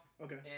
Okay